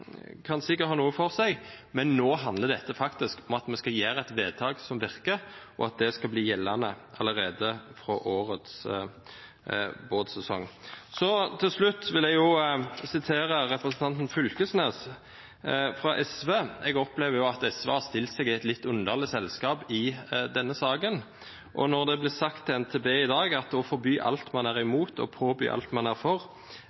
kan sikkert ha noe for seg, men nå handler dette faktisk om at vi skal gjøre et vedtak som virker, og at det skal bli gjeldende allerede fra årets båtsesong. Til slutt vil jeg vise til representanten Fylkesnes fra SV. Jeg opplever at SV har stilt seg i et litt underlig selskap i denne saken. Det blir sagt til NTB i dag at å forby alt man er imot, og påby alt man er for,